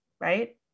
right